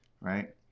right